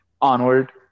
Onward